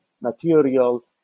material